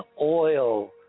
oil